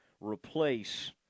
replace